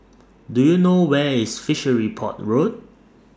Do YOU know Where IS Fishery Port Road